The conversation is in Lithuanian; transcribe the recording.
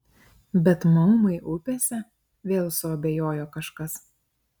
bet maumai upėse vėl suabejojo kažkas